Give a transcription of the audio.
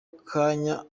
kanya